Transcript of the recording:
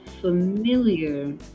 familiar